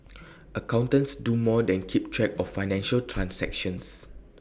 accountants do more than keep track of financial transactions